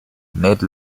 ned